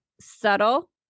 subtle